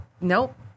Nope